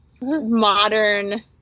modern